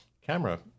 camera